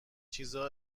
چیزا